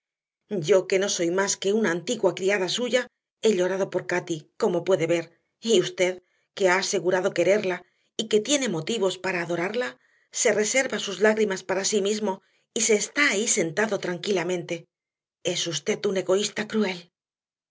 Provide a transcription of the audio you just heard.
yo que no soy más que una antigua criada suya he llorado por cati como puede ver y usted que ha asegurado quererla y que tiene motivos para adorarla se reserva sus lágrimas para sí mismo y se está ahí sentado tranquilamente es usted un egoísta cruel